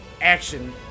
action